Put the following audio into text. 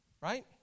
Right